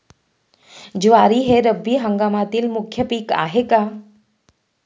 ज्वारी हे रब्बी हंगामातील मुख्य पीक आहे का?